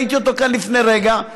ראיתי אותו לפני רגע,